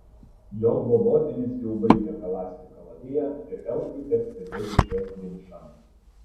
jo globotinis jau baigia galąsti kalaviją ir elfui teks sėdėti čia vienišam